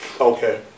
Okay